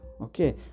okay